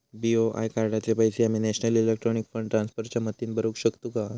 BOI कार्डाचे पैसे आम्ही नेशनल इलेक्ट्रॉनिक फंड ट्रान्स्फर च्या मदतीने भरुक शकतू मा?